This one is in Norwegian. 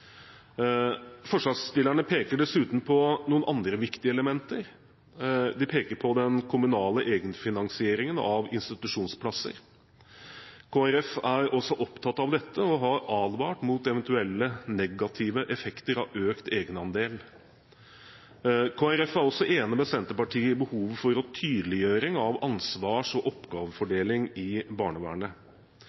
Forslagsstillerne peker dessuten på noen andre viktige elementer. De peker på den kommunale egenfinansieringen av institusjonsplasser. Kristelig Folkeparti er også opptatt av dette og har advart mot eventuelle negative effekter av økt egenandel. Kristelig Folkeparti er også enig med Senterpartiet i behovet for tydeliggjøring av ansvars- og oppgavefordeling i barnevernet.